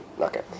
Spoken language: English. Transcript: Okay